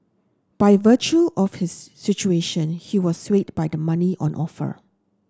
by virtue of his situation he was swayed by the money on offer